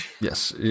Yes